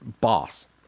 boss